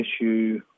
issue